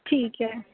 ਠੀਕ ਹੈ